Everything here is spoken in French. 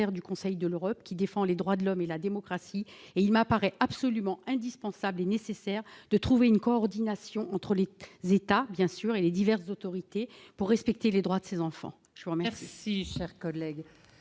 du Conseil de l'Europe, qui défend les droits de l'homme et la démocratie, et il m'apparaît comme absolument indispensable et nécessaire de trouver une coordination entre les États et les diverses autorités, pour respecter les droits de ces enfants. Pour conclure